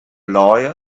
lawyer